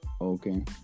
okay